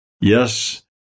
Yes